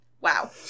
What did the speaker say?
Wow